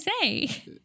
say